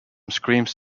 screams